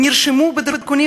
שהם ייצגו בכבוד,